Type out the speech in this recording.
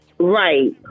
Right